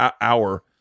hour